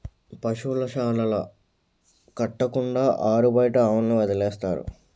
పశువుల శాలలు కట్టకుండా ఆరుబయట ఆవుల్ని వదిలేస్తారు